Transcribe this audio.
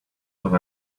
than